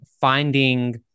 finding